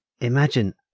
imagine